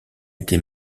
été